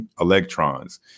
electrons